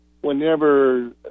whenever